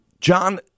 John